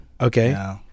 Okay